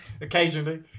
occasionally